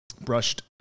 Brushed